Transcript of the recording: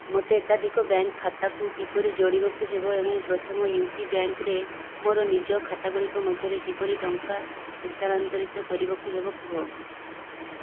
ମୋତେ ଏକାଧିକ ବ୍ୟାଙ୍କ୍ ଖାତାକୁ କିପରି ଯୋଡ଼ିବାକୁ ହେବ ଏବଂ ପ୍ରଥମ ୟୁ ପି ବ୍ୟାଙ୍କ୍ରେ ମୋର ନିଜ ଖାତାଗୁଡ଼ିକ ମଧ୍ୟରେ କିପରି ଟଙ୍କା ସ୍ଥାନାନ୍ତରିତ କରିବାକୁ ହେବ କୁହ